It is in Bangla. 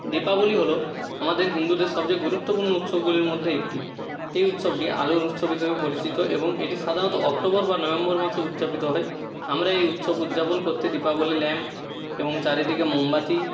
দীপাবলি হলো আমাদের হিন্দুদের সবচেয়ে গুরুত্বপূর্ণ উৎসবগুলির মধ্যে একটি এই উৎসবটি আলোর উৎসব হিসেবে পরিচিত এবং এটি সাধারণত অক্টোবর বা নভেম্বর মাসে উদ্যাপিত হয় আমরা এই উৎসব উদ্যাপন করতে দীপাবলি ল্যাম্প এবং চারিদিকে মোমবাতি